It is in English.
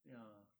ya